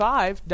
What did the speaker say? Five